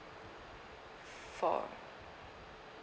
four